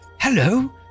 hello